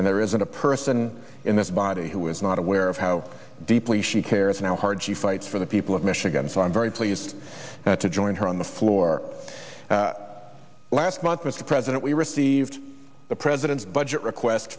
and there isn't a person in this body who is not aware of how deeply she cares and how hard she fights for the people of michigan so i'm very pleased to join her on the floor last month mr president we received the president's budget request